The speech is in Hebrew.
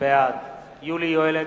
בעד יולי יואל אדלשטיין,